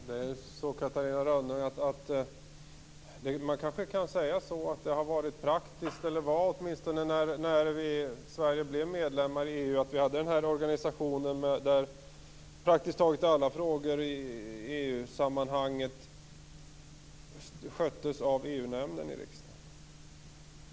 Herr talman! Man kanske kan säga så, Catarina Rönnung, att det har varit praktiskt, eller åtminstone var praktiskt när Sverige blev medlem i EU, att vi hade den här organisationen och att praktiskt taget alla frågor i EU-sammanhang sköttes av EU-nämnden i riksdagen.